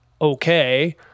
okay